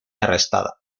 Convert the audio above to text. arrestada